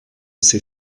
ses